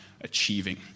achieving